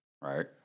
right